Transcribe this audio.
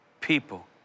people